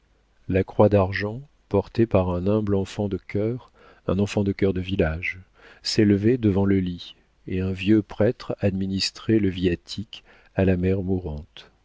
la croix d'argent portée par un humble enfant de chœur un enfant de chœur de village s'élevait devant le lit et un vieux prêtre administrait le viatique à la mère mourante